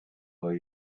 are